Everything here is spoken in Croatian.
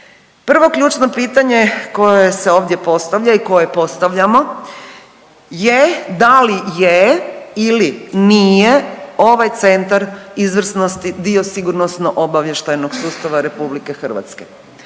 Prvo ključno pitanje koje se ovdje postavlja i koje postavljamo je da li je ili nije ovaj Centar izvrsnosti dio sigurnosno-obavještajnog sustava RH.